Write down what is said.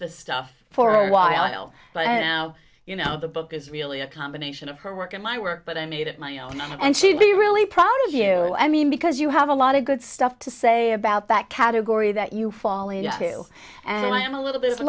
the stuff for a while but you know the book is really a combination of her work and my work but i made it my own and she'd be really proud of you i mean because you have a lot of good stuff to say about that category that you fall in to and i am a little bit